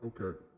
okay